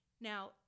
now